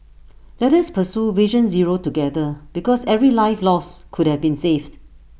let us pursue vision zero together because every life lost could have been saved